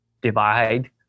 divide